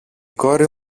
κόρη